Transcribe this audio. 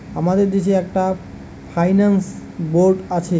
আমাদের দেশে একটা ফাইন্যান্স বোর্ড আছে